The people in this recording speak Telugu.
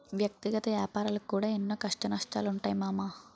వ్యక్తిగత ఏపారాలకు కూడా ఎన్నో కష్టనష్టాలుంటయ్ మామా